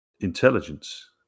intelligence